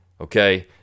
Okay